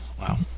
Wow